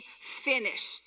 finished